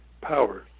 power